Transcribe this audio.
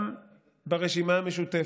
גם ברשימה המשותפת,